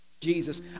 jesus